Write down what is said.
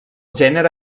gènere